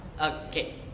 Okay